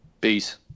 Peace